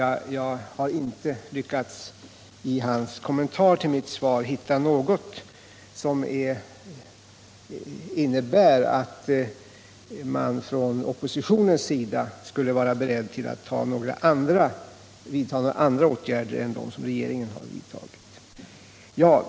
Jag har = investeringar inte i hans kommentar till mitt svar lyckats hitta något som innebär att man från oppositionens sida skulle vara beredd att vidta några andra åtgärder än dem som regeringen har vidtagit.